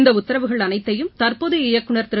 இந்த உத்தரவுகள் அனைத்தையும் தற்போதைய இயக்குனர் திரு